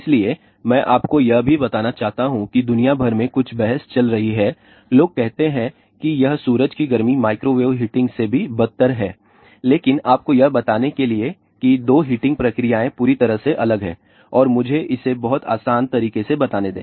इसलिए मैं आपको यह भी बताना चाहता हूं कि दुनिया भर में कुछ बहस चल रही है लोग कहते हैं कि यह सूरज की गर्मी माइक्रोवेव हीटिंग से भी बदतर है लेकिन आपको यह बताने के लिए कि दो हीटिंग प्रक्रियाएं पूरी तरह से अलग हैं और मुझे इसे बहुत आसान तरीके से बताने दे